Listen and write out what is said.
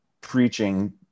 preaching